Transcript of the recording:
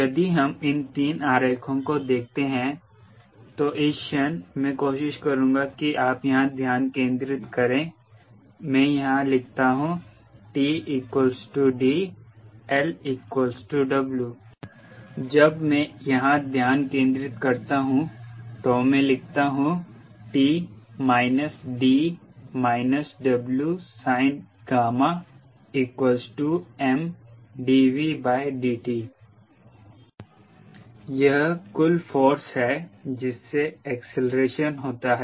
यदि हम इन 3 आरेखों को देखते हैं तो इस क्षण मैं कोशिश करूंगा कि आप यहां ध्यान केंद्रित करें मैं यहां लिखता हूं 𝑇 𝐷 𝐿 𝑊 जब मैं यहां ध्यान केंद्रित करता हूं तो मैं लिखता हूं T − D − Wsinγ mdVdt यह कुल फोर्स है जिससे एक्सलरेशन होता है